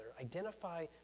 Identify